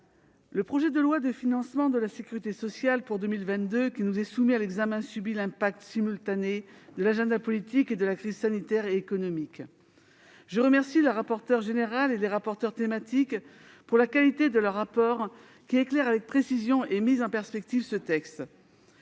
le projet de loi de financement de la sécurité sociale pour 2022 subit l'impact simultané de l'agenda politique et de la crise sanitaire et économique. Je remercie la rapporteure générale et les rapporteurs thématiques de la qualité de leurs rapports, qui éclairent avec précision et mise en perspective ce texte,